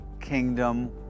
kingdom